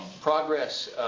progress